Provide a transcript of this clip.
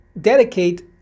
dedicate